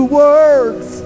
words